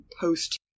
post